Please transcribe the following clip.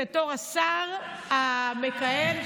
בתור השר המכהן,